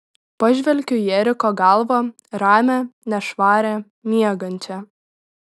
pažvelgiu į eriko galvą ramią nešvarią miegančią